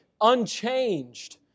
unchanged